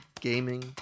gaming